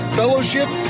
fellowship